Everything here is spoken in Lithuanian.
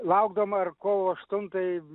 laukdavom ar kovo aštuntajai